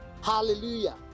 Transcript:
hallelujah